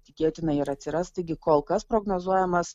tikėtina ir atsiras taigi kol kas prognozuojamas